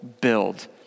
build